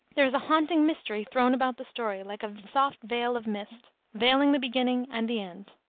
there is a haunting mystery thrown about the story, like a soft veil of mist, veiling the beginning and the end.